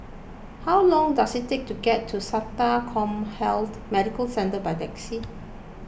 how long does it take to get to Sata CommHealth Medical Centre by taxi